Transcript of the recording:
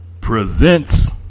presents